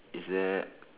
is there